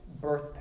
birth